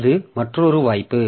அது மற்றொரு வாய்ப்பு